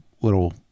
little